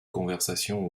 conversation